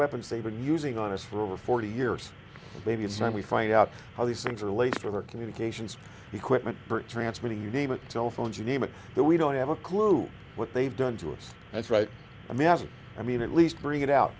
weapons they been using on us for over forty years maybe it's time we find out how these things are laser communications equipment transmitting you name it cell phones you name it we don't have a clue what they've done to us that's right i mean as i mean at least bring it out